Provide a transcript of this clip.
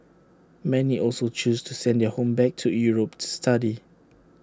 many also chose to send their home back to Europe to study